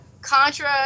Contra